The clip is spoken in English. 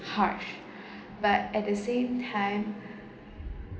harsh but at the same